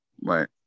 Right